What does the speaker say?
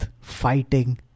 fighting